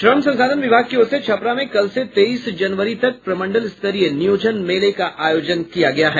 श्रम संसाधन विभाग की ओर से छपरा में कल से तेईस जनवरी तक प्रमंडल स्तरीय नियोजन मेला का आयोजन किया गया है